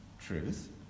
truth